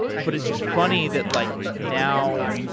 but it's just funny that, like now,